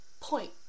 Point